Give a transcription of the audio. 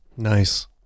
nice